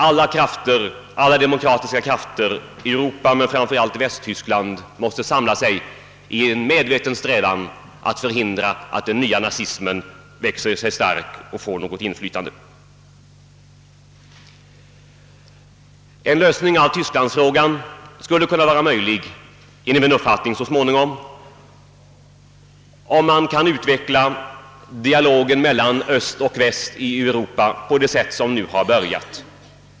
Alla demokratiska krafter i Europa, men framför allt i Västtyskland, måste samla sig till en medveten strävan att förhindra att den nya nazismen växer sig stark eller får något inflytande. En lösning av tysklandsfrågan skulle enligt min mening underlättas, om man kunde utveckla dialogen mellan Östoch Västeuropa som nu så sakteliga har börjat.